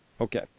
Okay